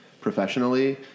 professionally